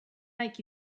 make